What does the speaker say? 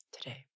today